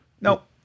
Nope